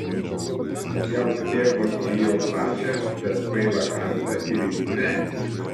spjauk tėvui į jo plačią bet kvailą kaktą ir imk gyventi